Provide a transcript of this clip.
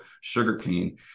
sugarcane